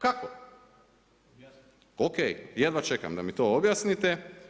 Kako? [[Upadica: Objasniti ću vam.]] Ok, jedva čekam da mi to objasnite.